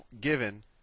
given